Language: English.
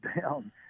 down